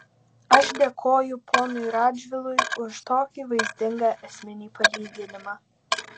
aš dėkoju ponui radžvilui už tokį vaizdingą esminį palyginimą